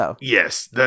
Yes